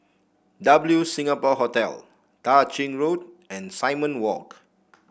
W Singapore Hotel Tah Ching Road and Simon Walk